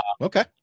Okay